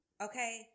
Okay